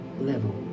level